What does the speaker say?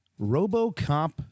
Robocop